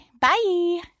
Bye